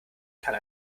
kann